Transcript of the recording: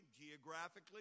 geographically